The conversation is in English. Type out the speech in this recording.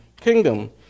kingdom